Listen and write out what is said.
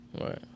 Right